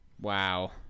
wow